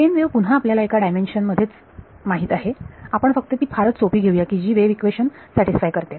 plain wave पुन्हा आपल्याला एका डायमेन्शन मध्येच माहित आहे आपण फक्त ती फारच सोपी घेऊया की जी वेव्ह इक्वेशन सॅटिस्फाय करते